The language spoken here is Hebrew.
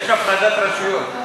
יש הפרדת רשויות.